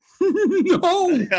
no